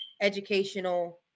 educational